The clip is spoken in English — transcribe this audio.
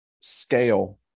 scale